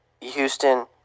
Houston